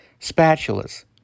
spatulas